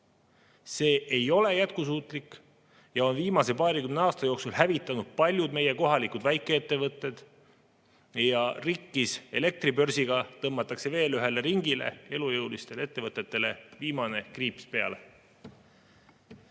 See ei ole jätkusuutlik ja on viimase paarikümne aasta jooksul hävitanud paljud kohalikud väikeettevõtted. Rikkis elektribörsiga tõmmatakse veel ühele ringile elujõulistele ettevõtetele kriips peale.